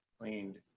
cleaned,